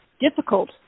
difficult